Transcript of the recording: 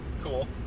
cool